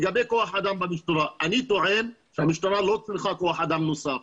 לגבי כוח אדם במשטרה אני טוען שהמשטרה לא צריכה כוח אדם נוסף.